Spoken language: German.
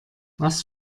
was